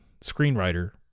screenwriter